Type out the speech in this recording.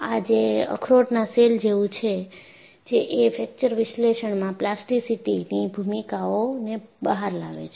આ જે અખરોટના શેલ જેવું જે છે એ ફ્રેકચર વિશ્લેષણમાં પ્લાસ્ટિસિટીની ભૂમિકાઓને બહાર લાવે છે